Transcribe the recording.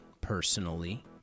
personally